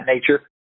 nature